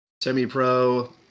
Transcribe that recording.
semi-pro